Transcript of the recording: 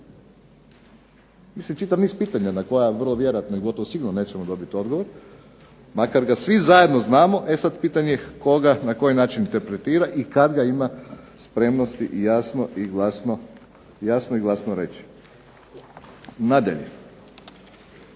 Mislim čitav niz pitanja na koja vrlo vjerojatno i gotovo sigurno nećemo dobiti odgovor, makar ga svi zajedno znamo. E sad pitanje je tko ga, na koji način interpretira i kad ga ima spremnosti jasno i glasno reći. Nadalje,